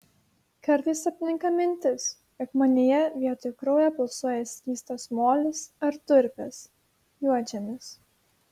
kartais apninka mintis jog manyje vietoj kraujo pulsuoja skystas molis ar durpės juodžemis